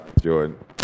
Jordan